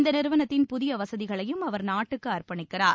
இந்த நிறுவனத்தின் புதிய வசதிகளையும் அவர் நாட்டுக்கு அர்ப்பணிக்கிறார்